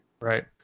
Right